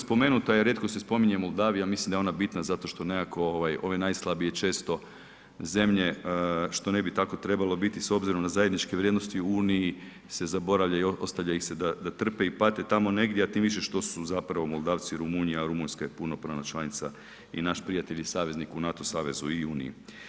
Spomenuta je, rijetko se spominje Moldavija, mislim da je ona bitna zato što nekako ove najslabije često zemlje, što ne bi tako trebalo biti s obzirom na zajedničke vrijednosti u Uniji se zaboravlja i ostavlja ih se da trpe i pate tamo negdje a tim više što su zapravo Moladvci, Rumunji, a Rumunjska je punopravna članica i naš prijatelj i saveznik u NATO savezu i Uniji.